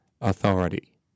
authority